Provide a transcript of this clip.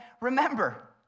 remember